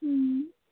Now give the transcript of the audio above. হুম